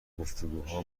گفتگوها